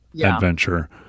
adventure